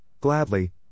gladly